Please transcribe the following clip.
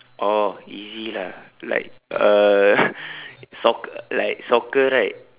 oh easy lah like uh soc~ like soccer right